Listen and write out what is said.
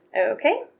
Okay